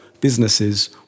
businesses